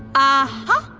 ah huh.